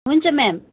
हुन्छ म्याम